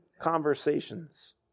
conversations